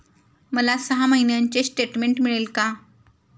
मला सहा महिन्यांचे स्टेटमेंट मिळेल का?